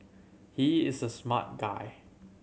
he is a smart guy